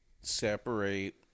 Separate